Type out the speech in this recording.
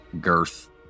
girth